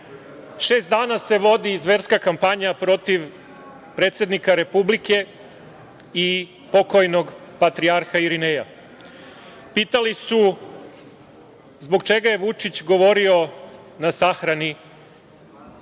šest dana se vodi zverska kampanja protiv predsednika Republike i pokojnog patrijarha Irineja. Pitali su zbog čega je Vučić govorio na sahrani